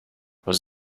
was